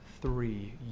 three